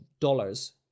dollars